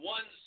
One